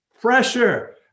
pressure